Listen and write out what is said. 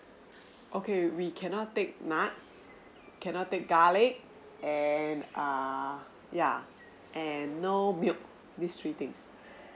okay we cannot take nuts cannot take garlic and err yeah and no milk these three things